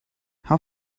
how